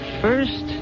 first